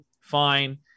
fine